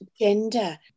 gender